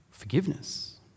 Forgiveness